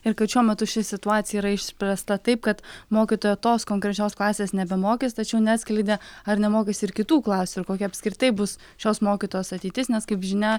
ir kad šiuo metu ši situacija yra išspręsta taip kad mokytoja tos konkrečios klasės nebemokys tačiau neatskleidė ar nemokys ir kitų klasių ir kokia apskritai bus šios mokytojos ateitis nes kaip žinia